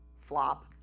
Flop